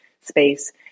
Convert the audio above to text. space